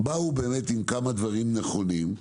באו עם כמה דברים נכונים,